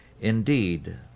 Indeed